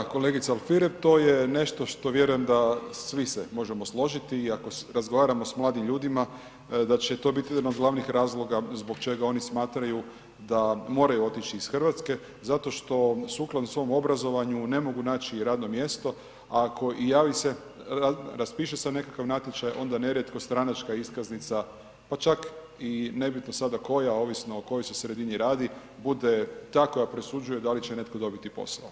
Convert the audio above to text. Da, kolegica Alfirev, to je nešto što vjerujem da svi se možemo složiti iako razgovaramo s mladim ljudima da će to biti jedan od glavnih razloga zbog čega oni smatraju da moraju otići iz RH zato što sukladno svom obrazovanju ne mogu naći radno mjesto, ako i raspiše se nekakav natječaj, onda nerijetko stranačka iskaznica, pa čak i nebitno sada koja, ovisno o kojoj sredini se radi, bude ta koja presuđuje da li će netko dobiti posao.